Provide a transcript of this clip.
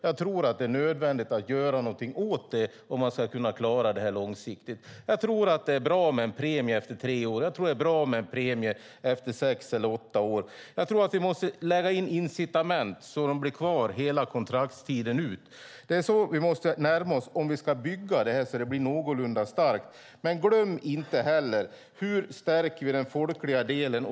Jag tror att det är nödvändigt att göra någonting åt det om man ska klara detta långsiktigt. Jag tror att det är bra med en premie efter tre år. Jag tror att det är bra med en premie efter sex eller åtta år. Jag tror att vi måste lägga in incitament så att de blir kvar hela kontraktstiden ut. Det är så vi måste närma oss detta om vi ska bygga det så att det blir någorlunda starkt. Glöm dock inte heller: Hur stärker vi den folkliga delen?